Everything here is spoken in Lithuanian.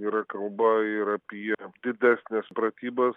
yra kalba ir apie didesnes pratybas